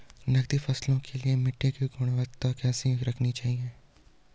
नकदी फसलों के लिए मिट्टी की गुणवत्ता कैसी रखनी चाहिए?